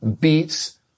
beats